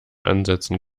ansetzen